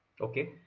Okay